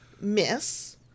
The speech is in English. miss